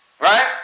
Right